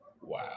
wow